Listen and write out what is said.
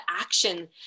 action